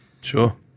Sure